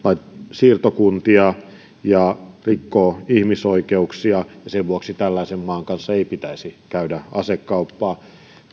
siirtokuntia ja rikkoo ihmisoikeuksia ja sen vuoksi tällaisen maan kanssa ei pitäisi käydä asekauppaa